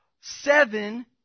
seven